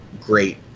great